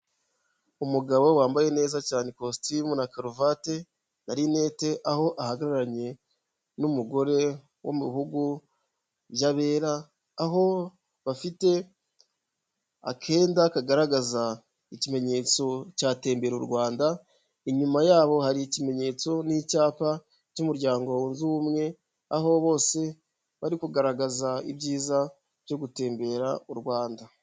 Umugabo wambaye neza cyane ikositimu na karuvati na rinete, aho ahagararanye n'umugore wo mu bihugu by'abera, aho bafite akenda kagaragaza ikimenyetso cya tembera u Rwanda, inyuma yabo hari ikimenyetso n'icyapa cy'umuryango wunze ubumwe, aho bose bari kugaragaza ibyiza byo gutembera u Rwanda.